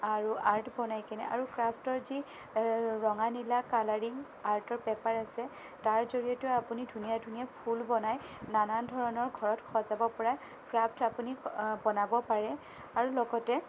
আৰু আৰ্ট বনাইকিনে আৰু ক্ৰাফ্টৰ যি ৰঙা নীলা কালাৰিং আৰ্টৰ পেপাৰ আছে তাৰ জৰিয়তেও আপুনি ধুনীয়া ধুনীয়া ফুল বনাই নানান ধৰণৰ ঘৰত সজাব পৰা ক্ৰাফ্ট আপুনি বনাব পাৰে আৰু লগতে